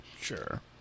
Sure